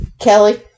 Kelly